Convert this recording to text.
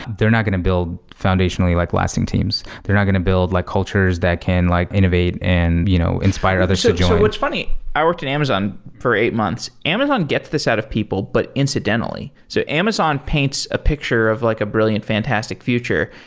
they're going to build foundationally like lasting teams. they're not going to build like cultures that can like innovate and you know inspire others to join what's funny, i worked at amazon for eight months. amazon gets this out of people, but incidentally. so amazon paints a picture of like a brilliant, fantastic future,